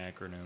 acronym